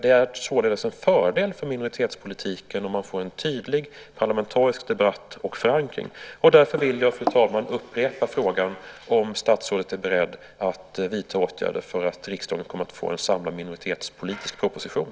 Det är således en fördel för minoritetspolitiken om man får en tydlig parlamentarisk debatt och förankring. Därför vill jag, fru talman, upprepa frågan om statsrådet är beredd att vidta åtgärder för att riksdagen kommer att få en samlad minoritetspolitisk proposition.